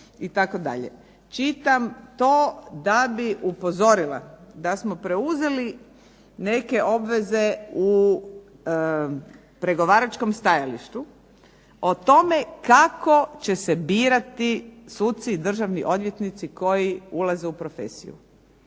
Čitam to da bi upozorila da smo preuzeli neke obveze u pregovaračkom stajalištu o tome kao će se birati suci i državni odvjetnici koji ulaze u profesiju